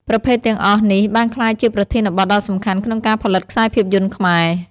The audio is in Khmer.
ប្រភេទទាំងអស់នេះបានក្លាយជាប្រធានបទដ៏សំខាន់ក្នុងការផលិតខ្សែភាពយន្តខ្មែរ។